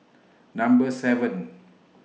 Number seven